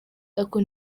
ariko